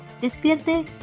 despierte